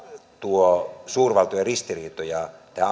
tuo suurvaltojen ristiriitoja